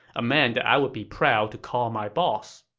a man that i'd be proud to call my boss.